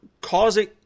causing